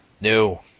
No